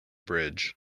bridge